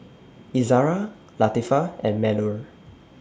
Izzara Latifa and Melur